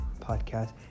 podcast